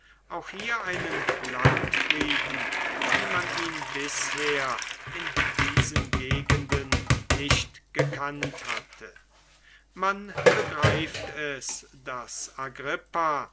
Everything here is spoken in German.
auch hier einen landfrieden wie man ihn bisher in diesen gegenden nicht gekannt hatte man begreift es daß agrippa